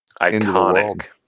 iconic